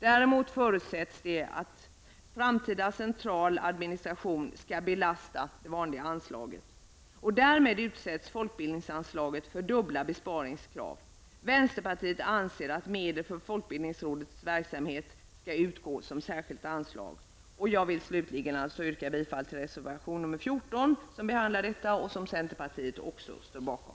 Däremot förutsätts det att framtida central administration skall belasta det vanliga anslaget. Därmed utsätts folkbildningsanslaget för dubbla besparingskrav. Vänsterpartiet anser att medel för Folkbildningsrådets verksamhet skall utgå som särskilt anslag. Jag yrkar bifall till reservation nr 14, som också centerpartiet står bakom.